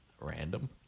Random